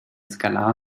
skalar